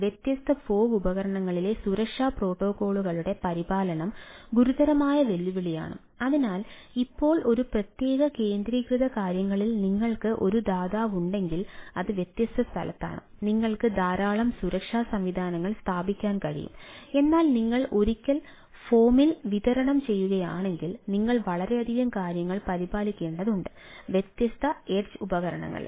വ്യത്യസ്ത ഫോഗ്ഉപകരണങ്ങളിൽ